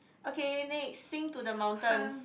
okay next sing to the mountains